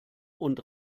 und